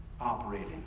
operating